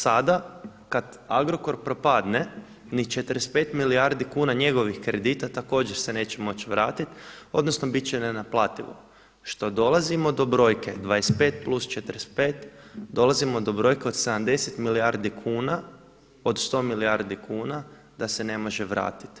Sada kada Agrokor propadne ni 45 milijardi kuna njegovih kredita također se neće moći vratiti, odnosno biti će nenaplativo što dolazimo do brojke 25+45, dolazimo do brojke od 70 milijardi kuna, od 100 milijardi kuna da se ne može vratiti.